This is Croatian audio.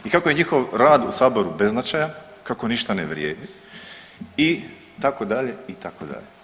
I kako je njihov rad u Saboru beznačajan, kako ništa ne vrijedi itd. itd.